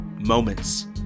Moments